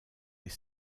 les